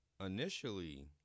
Initially